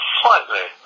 slightly